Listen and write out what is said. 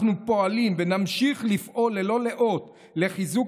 אנחנו פועלים ונמשיך לפעול ללא לאות לחיזוק